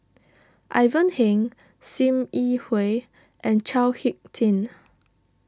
Ivan Heng Sim Yi Hui and Chao Hick Tin